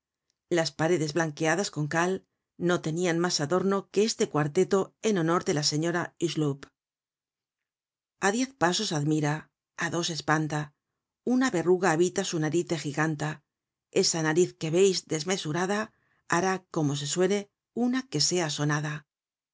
las paredes blanqueadas con cal no tenian mas adorno que este cuarteto en honor de la señora hucheloup a diez pasos admira á dos espanta una berruga habita su nariz de jiganta esa nariz que veis desmesurada hará cuando se suene una que sea sonada